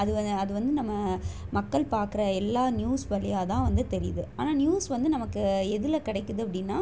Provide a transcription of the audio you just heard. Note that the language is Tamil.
அது வ அது வந்து நம்ம மக்கள் பார்க்குற எல்லா நியூஸ் வழியாதான் வந்து தெரியுது ஆனால் நியூஸ் வந்து நமக்கு எதில் கிடைக்கிது அப்படின்னா